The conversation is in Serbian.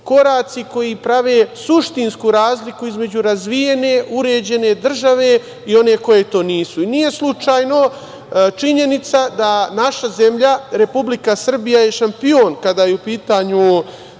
koraci koji prave suštinsku razliku između razvijene, uređene države i one koja to nije. Nije slučajno činjenica da je naša zemlja, Republika Srbija, šampion kada je u pitanju